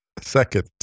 second